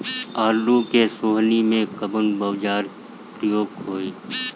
आलू के सोहनी में कवना औजार के प्रयोग होई?